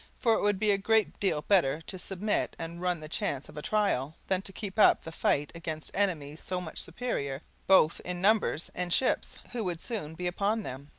for it would be a great deal better to submit and run the chance of a trial than to keep up the fight against enemies so much superior both in numbers and ships, who would soon be upon them.